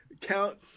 count